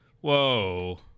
Whoa